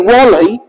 Wally